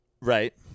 Right